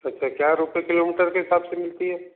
अच्छा क्या रूपये किलोमीटर के हिसाब से मिलती है